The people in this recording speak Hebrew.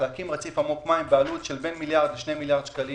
להקים רציף בעלות של בין מיליארד ל-2 מיליארד שקלים